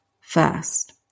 first